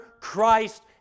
Christ